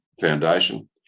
foundation